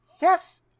Yes